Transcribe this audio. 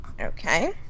Okay